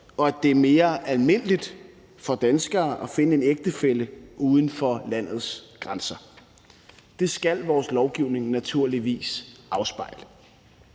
og at det er mere almindeligt for danskere at finde en ægtefælle uden for landets grænser – det skal vores lovgivning naturligvis afspejle.